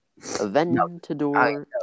Aventador